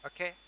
Okay